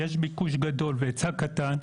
יש ביקוש גדול והיצע קטן,